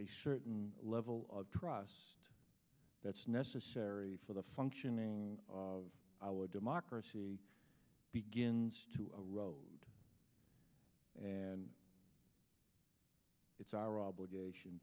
a certain level of trust that's necessary for the functioning of our democracy begins to roll and it's our obligation